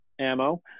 ammo